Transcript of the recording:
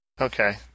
okay